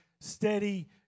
steady